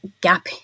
gap